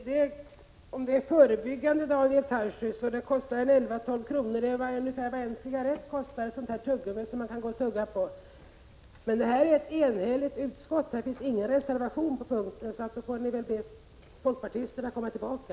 Herr talman! Rökavvänjningsmedlet, ett tuggummi som kan anses som förebyggande, kostar 11—12 kr., alltså ungefär vad ett paket cigarretter kostar. Men detta är ett enigt utskott. Det finns ingen reservation på denna punkt. Folkpartisterna får väl komma tillbaka.